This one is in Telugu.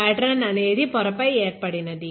పాటర్న్ అనేది పొరపై ఏర్పడినది